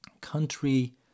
country